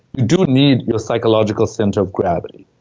you do need your psychological center of gravity.